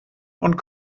und